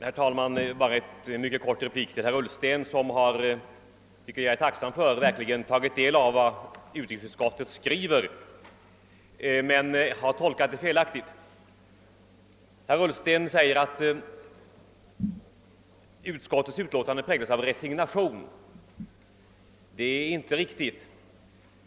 Herr talman! Bara en liten kort replik till herr Uilsten. Jag är mycket tacksam för att han verkligen tagit del av vad utrikesutskottet skriver, men han har tolkat det felaktigt. Herr Ullsten säger att utskottets utlåtande präglas av resignation. Det är inte riktigt.